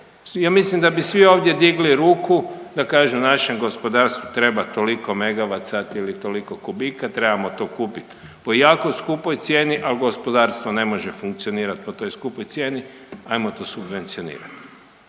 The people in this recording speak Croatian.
ja mislim da bi svi ovdje digli ruku da kažu našem gospodarstvu treba toliko megavat sati ili toliko kubika, trebamo to kupit po jako skupoj cijeni, al gospodarstvo ne može funkcionirat po toj skupoj cijeni, ajmo to subvencionirat.